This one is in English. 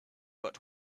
but